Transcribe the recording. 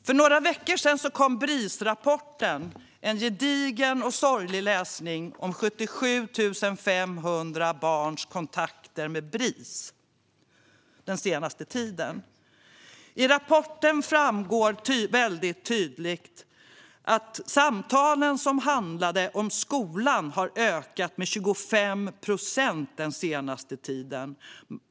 För några veckor sedan kom Brisrapporten, en gedigen och sorglig läsning om 77 500 barns kontakter med Bris den senaste tiden. I rapporten framgår väldigt tydligt att samtalen som handlade om skolan har ökat med 25 procent den senaste tiden.